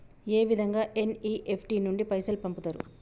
ఏ విధంగా ఎన్.ఇ.ఎఫ్.టి నుండి పైసలు పంపుతరు?